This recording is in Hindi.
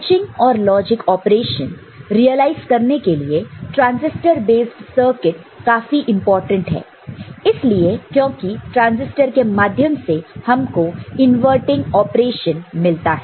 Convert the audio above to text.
स्विचिंग और लॉजिक ऑपरेशन रियलाइज करने के लिए ट्रांसिस्टर बेस्ड सर्किट काफी इंपोर्टेंट है इसलिए क्योंकि ट्रांजिस्टर के माध्यम से हमको इनवर्टिंग ऑपरेशन मिलता है